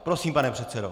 Prosím, pane předsedo.